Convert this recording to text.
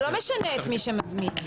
זה לא משנה מי מזמין.